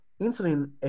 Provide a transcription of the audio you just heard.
insulin